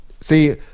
see